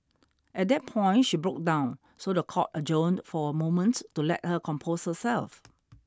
at that point she broke down so the court adjourned for a moment to let her compose herself